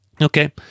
Okay